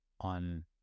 on